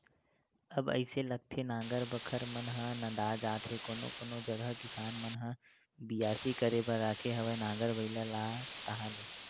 अब अइसे लागथे नांगर बखर मन ह नंदात जात हे कोनो कोनो जगा किसान मन ह बियासी करे बर राखे हवय नांगर बइला ला ताहले